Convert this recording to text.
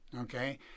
okay